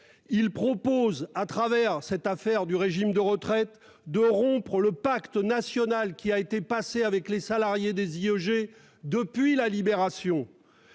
il propose, au travers de cette question de régime de retraite, de rompre le pacte national qui a été passé avec les salariés des IEG depuis la Libération.